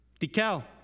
Decal